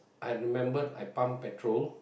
I remembered I pump petrol